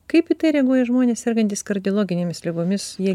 kaip į tai reaguoja žmonės sergantys kardiologinėmis ligomis jie